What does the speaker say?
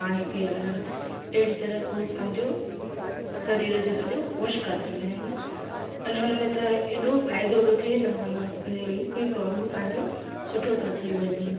पाणी पिआरणु अहिड़ी तरह पोइ पंहिंजो शरीर जो सॼो वॉश कराईंदा आहिनि अने उन में त एॾो फ़ाइदो थो थे माना पंहिंजो हिकु हिकु अंगु पंहिंजो सुठो थो थी वञे